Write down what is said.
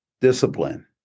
discipline